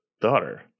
daughter